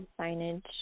signage